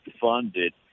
funded